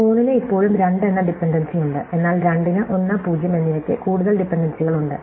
മൂന്നിന് ഇപ്പോഴും 2 എന്ന ഡിപൻഡൻസിയുണ്ട് എന്നാൽ 2 ന് 1 0 എന്നിവയ്ക്ക് കൂടുതൽ ഡിപൻഡൻസികളുണ്ട്